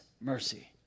mercy